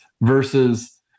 versus